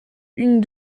une